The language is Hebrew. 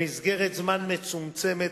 במסגרת זמן מצומצמת,